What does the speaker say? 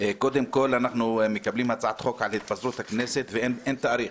קודם כל אנחנו מקבלים הצעת חוק על התפזרות הכנסת ואין תאריך,